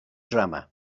drama